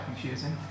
confusing